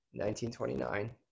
1929